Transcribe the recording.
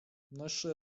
nasze